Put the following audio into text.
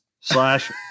Slash